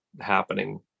happening